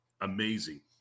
amazing